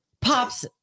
pops